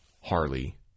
Harley